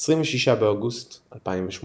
26 באוגוסט 2018